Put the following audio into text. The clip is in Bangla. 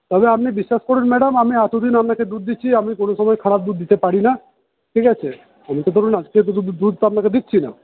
তবে আপনি বিশ্বাস করুন ম্যাডাম আমি এতদিন আপনাকে দুধ দিচ্ছি আমি কোন সময় খারাপ দুধ দিতে পারিনা ঠিক আছে আমি তো ধরুন আজকে নতুন দুধ তো আপনাকে দিচ্ছি না